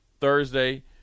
Thursday